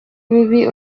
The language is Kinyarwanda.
bibi